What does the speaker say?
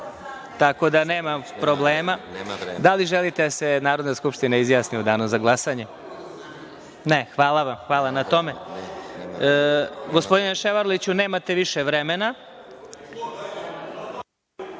Tako da, nema problema. Da li želite da se Narodna skupština izjasni u danu za glasanje? (Ne)Hvala na tome. Gospodine Ševarliću, nemate više vremena. Po